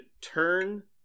turn